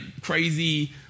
crazy